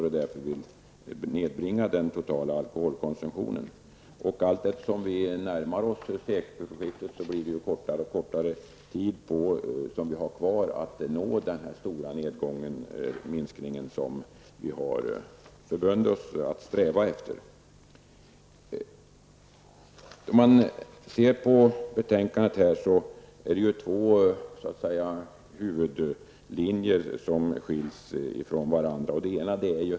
Det är därför vi vill nedbringa den totala alkoholkonsumtionen. Allteftersom vi närmare oss sekelskiftet får vi kortare och kortare tid på oss att nå den stora minskning som vi har förbundit oss att sträva efter. Det är två huvudlinjer som står emot varandra i betänkandet.